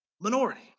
minority